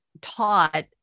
taught